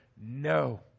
No